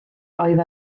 oedd